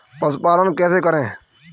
पशुपालन कैसे करें?